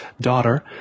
daughter